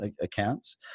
accounts